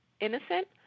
innocent